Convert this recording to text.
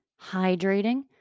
hydrating